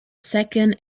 second